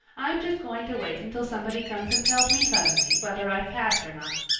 i'm just going to wait until somebody comes and tells me suddenly whether i've passed or not.